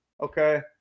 Okay